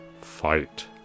fight